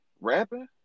rapping